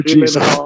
Jesus